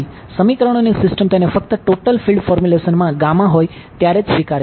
સમીકરણોની સિસ્ટમ તેને ફક્ત ટોટલ ફિલ્ડ માં હોય ત્યારે જ સ્વીકારે છે